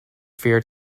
fear